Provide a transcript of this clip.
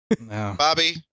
Bobby